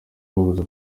babuza